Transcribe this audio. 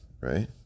right